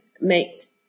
make